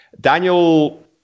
Daniel